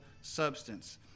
substance